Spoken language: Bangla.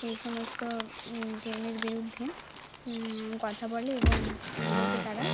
এই সমস্ত গেমের বিরুদ্ধে কথা বলে এবং এগুলোকে তারা